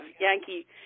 Yankee